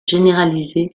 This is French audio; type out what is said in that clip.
généralisée